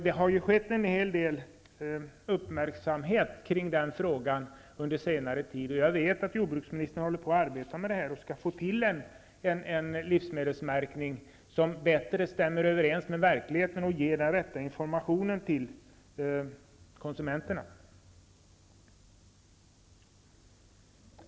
Det har ju varit en hel del uppmärksamhet kring den frågan under senare tid, och jag vet att jordbruksministern arbetar med att få till stånd en livsmedelsmärkning som bättre stämmer överens med verkligheten och ger den rätta informationen till konsumenterna.